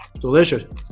Delicious